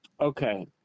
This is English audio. okay